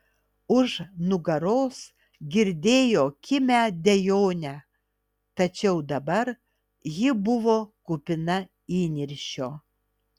už nugaros girdėjo kimią dejonę tačiau dabar ji buvo kupina įniršio